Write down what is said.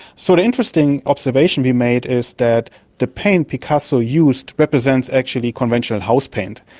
sort of interesting observation we made is that the paint picasso used represents actually conventional house paint,